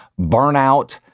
burnout